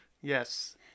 Yes